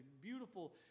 beautiful